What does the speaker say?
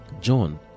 John